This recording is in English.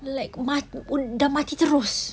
like ma~ dah mati terus